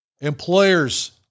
Employers